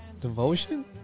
Devotion